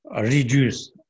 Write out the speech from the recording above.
reduce